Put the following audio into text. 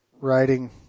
writing